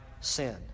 sin